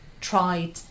tried